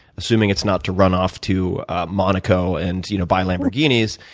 assuming it's not to run off to monaco and you know buy lamborghinis.